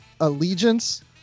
Allegiance